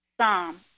Psalm